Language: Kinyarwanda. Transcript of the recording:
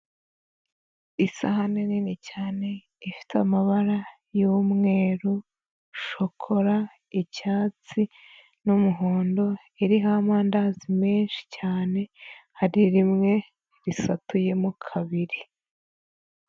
Isahani nini cyane ifite amabara y,umweru, shokora, icyatsi ,n'umuhondo iriho amandazi menshi cyane hari rimwe risatuyemo kabiri.